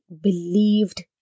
believed